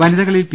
വനിതകളിൽ P